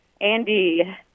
Andy